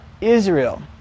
Israel